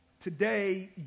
Today